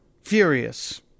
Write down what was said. furious